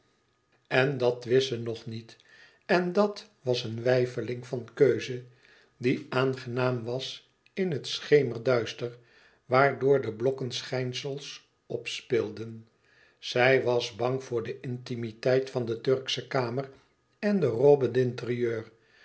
en dat wist ze nog niet en dat was een weifeling van keuze die aangenaam was in het schemerduister waardoor de blokkenschijnsels opspeelden zij was bang voor de intimiteit van de turksche kamer en de robe d intérieur